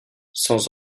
sans